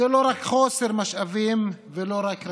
זה לא רק חוסר משאבים ולא רק רשלנות.